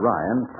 Ryan